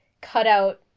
cutout